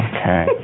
Okay